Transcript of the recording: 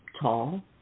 tall